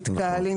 מתקהלים,